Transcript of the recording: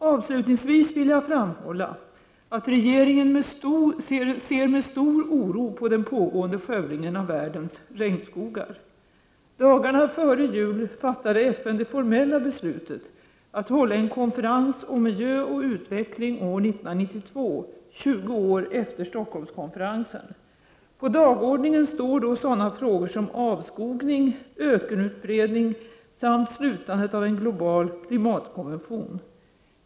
Avslutningsvis vill jag framhålla att regeringen ser med stor oro på den pågående skövlingen av världens regnskogar. Dagarna före jul fattade FN det formella beslutet att hålla en konferens om miljö och utveckling år 1992, 20 år efter Stockholmskonferensen. På dagordningen står då sådana frågor som avskogning, ökenutbredning samt slutandet av en global klimatkonvention.